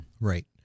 Right